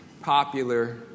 popular